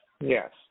Yes